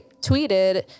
tweeted